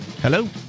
Hello